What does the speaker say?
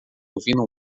ouvindo